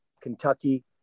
Kentucky